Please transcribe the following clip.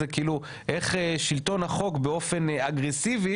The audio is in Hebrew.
זה כאילו איך שלטון החוק באופן אגרסיבי